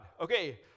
Okay